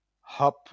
hub